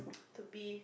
to be